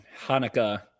Hanukkah